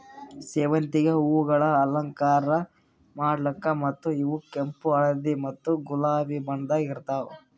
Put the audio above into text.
ಸೇವಂತಿಗೆ ಹೂವುಗೊಳ್ ಅಲಂಕಾರ ಮಾಡ್ಲುಕ್ ಮತ್ತ ಇವು ಕೆಂಪು, ಹಳದಿ ಮತ್ತ ಗುಲಾಬಿ ಬಣ್ಣದಾಗ್ ಇರ್ತಾವ್